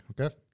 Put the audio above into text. okay